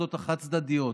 ההחלטות החד-צדדיות,